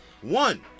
one